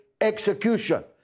execution